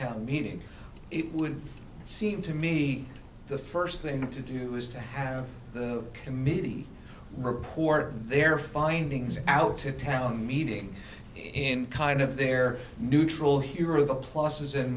town meeting it would seem to me the first thing to do is to have the committee report their findings out to town meeting in kind of their neutral here or the pluses and